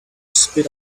spit